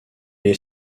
est